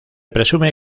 presume